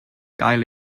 gael